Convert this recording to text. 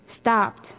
stopped